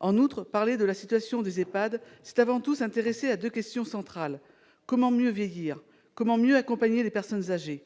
En outre, parler de la situation des EHPAD, c'est avant tout s'intéresser à deux questions centrales : comment mieux vieillir ? Comment mieux accompagner les personnes âgées ?